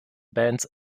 bands